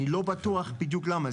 אני לא בטוח בדיוק למה,